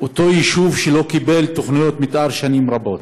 אותו יישוב שלא קיבל תוכניות מתאר שנים רבות.